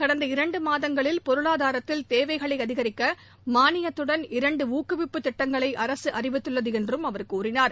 கடந்த இரண்டு மாதங்களில் பொருளாதாரத்தில் தேவைகளை அதிகரிக்க மானியத்துடன் இரண்டு ஊக்குவிப்பு திட்டங்களை அரசு அறிவித்துள்ளது என்றும் அவர் கூறினார்